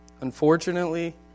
Unfortunately